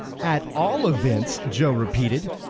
at all events! joe repeated.